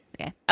Okay